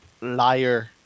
Liar